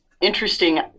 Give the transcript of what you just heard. interesting